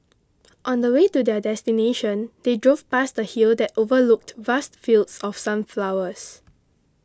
on the way to their destination they drove past a hill that overlooked vast fields of sunflowers